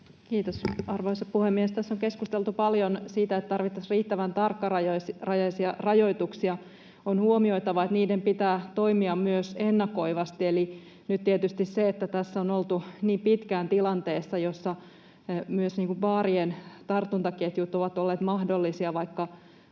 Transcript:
Kiitos, arvoisa puhemies! Tässä on keskusteltu paljon siitä, että tarvittaisiin riittävän tarkkarajaisia rajoituksia. On huomioitava, että niiden pitää toimia myös ennakoivasti. Eli nyt tietysti se, että tässä on oltu niin pitkään tilanteessa, jossa myös baarien tartuntaketjut ovat olleet mahdollisia, vaikka